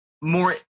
more